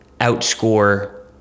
outscore